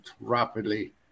rapidly